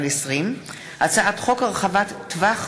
קסניה סבטלובה, יואל רזבוזוב,